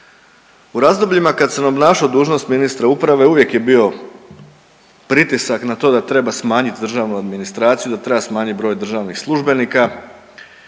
U razdobljima kad sam obnašao dužnost ministra uprave uvijek je bio pritisak na to da treba smanjiti državnu administraciju, da treba smanjiti broj državnih službenika